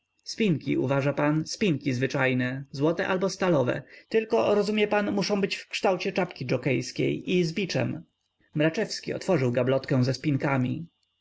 spinki uważa pan spinki zwyczajne złote albo stalowe tylko rozumie pan muszą być w kształcie czapki dżokiejskiej i z biczem mraczewski otworzył gablotkę ze spinkami